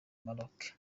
maroc